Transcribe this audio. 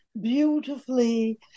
beautifully